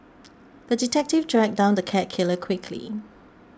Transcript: the detective tracked down the cat killer quickly